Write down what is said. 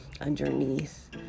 underneath